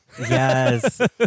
yes